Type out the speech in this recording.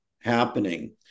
happening